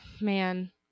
man